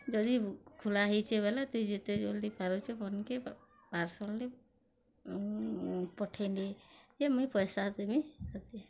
ଯଦି ଖୁଲା ହେଇଛେ ବେଲେ ତୁଇ ଯେତେ ଜଲଦି ପାରୁଛୁ ଭନ୍ କ୍ ପାର୍ସଲଟେ ପଠେନେ ଯେ ମୁଇଁ ପଇସା ଦେମି ତୋତେ